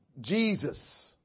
Jesus